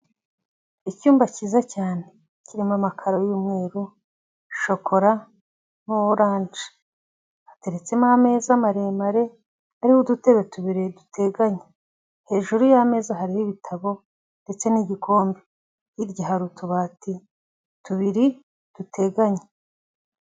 Icyumba cyiza cyane, kirimo amakaro y'umweru, shokora na oranje, hateretsemo ameza maremare ariho udutebe tubiri duteganye, hejuru y'ameza hariho ibitabo ndetse n'igikombe, hirya hari utubati tubiri duteganye.